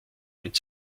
mit